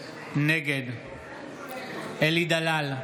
נגד אלי דלל,